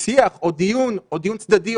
שיח או דיון או דיון צדדי,